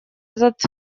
этот